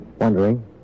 Wondering